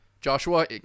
Joshua